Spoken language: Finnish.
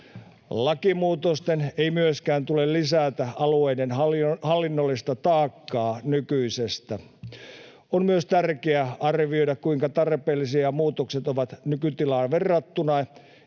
Lakimuutosten ei myöskään tule lisätä alueiden hallinnollista taakkaa nykyisestä. On myös tärkeä arvioida, kuinka tarpeellisia muutokset ovat nykytilaan verrattuna